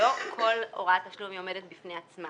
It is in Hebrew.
שלא כל הוראת תשלום עומדת בפני עצמה